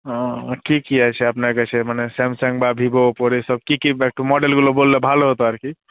ও ঠিকই আছে আপনার কাছে মানে স্যামসাং বা ভিভো ওপোর এসব কী কী একটু মডেলগুলো বললে ভালো হতো আর কি